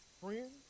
Friends